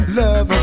love